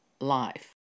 life